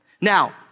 Now